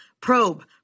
probe